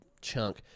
chunk